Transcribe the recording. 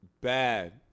bad